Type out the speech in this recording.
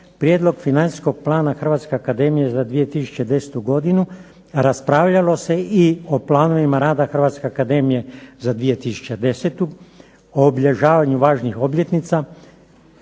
prijedlog financijskog plana Hrvatske akademije za 2010. godinu. Raspravljalo se i o planovima rada Hrvatske akademije za 2010. o obilježavanju važnih obljetnica,